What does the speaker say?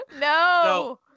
No